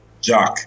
Jack